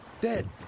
dead